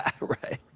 Right